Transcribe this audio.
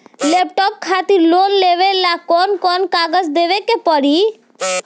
Laptop खातिर loan लेवे ला कौन कौन कागज देवे के पड़ी?